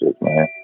man